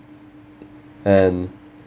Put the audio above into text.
and